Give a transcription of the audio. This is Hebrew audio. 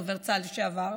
דובר צה"ל לשעבר,